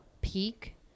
peak